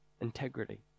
Integrity